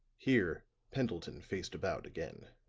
here pendleton faced about again.